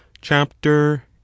chapter